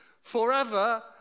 forever